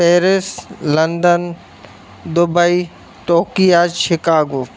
Paris London Dubai Tokyo Chicago